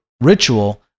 ritual